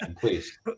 please